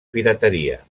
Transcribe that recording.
pirateria